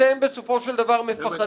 אתם בסופו של דבר מפחדים.